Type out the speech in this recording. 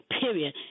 period